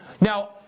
Now